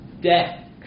death